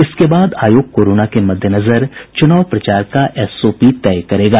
इसके बाद आयोग कोरोना के मद्देनजर चुनाव प्रसार का एसओपी तय करेगा